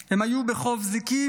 הם היו בחוף זיקים,